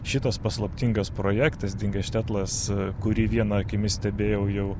šitas paslaptingas projektas dingęs štetlas kurį viena akimi stebėjau